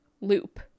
loop